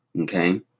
Okay